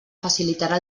facilitarà